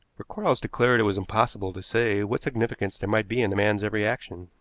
for quarles declared it was impossible to say what significance there might be in the man's every action.